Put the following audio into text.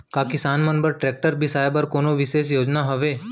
का किसान मन बर ट्रैक्टर बिसाय बर कोनो बिशेष योजना हवे?